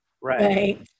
Right